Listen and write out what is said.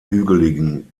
hügeligen